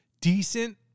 Decent